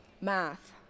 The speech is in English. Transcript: math